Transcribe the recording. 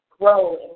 grow